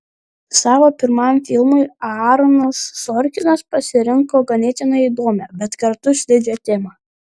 savo pirmam filmui aaronas sorkinas pasirinko ganėtinai įdomią bet kartu slidžią temą